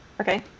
Okay